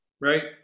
Right